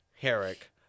Herrick